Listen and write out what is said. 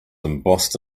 embossed